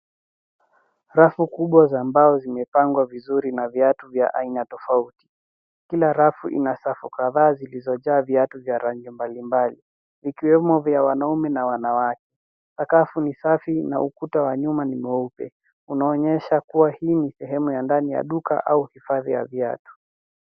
Rafu kubwa za mbao zimepangwa vizuri na viatu vya aina tofauti. Kila rafu ina safu kadhaa zilizojaa viatu vya rangi mbalimbali. Sakafu ni safi na ukuta wa nyuma ni mweupe. Unaonyesha kuwa hii ni sehemu ya duka au hifadhi ya viatu.